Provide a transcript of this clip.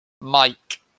Mike